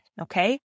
Okay